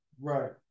Right